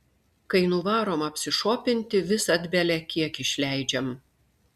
kai nuvarom apsišopinti visad belekiek išleidžiam